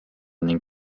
ning